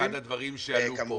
אחד מהדברים שעלו פה,